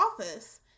office